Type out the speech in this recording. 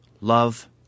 love